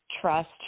trust